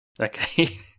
Okay